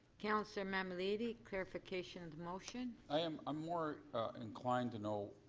counselor mammoliti, clarification of the motion? i'm more inclineed to know